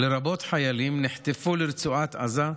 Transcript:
לרבות חיילים, נחטפו לרצועת עזה,